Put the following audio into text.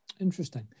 interesting